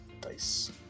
Dice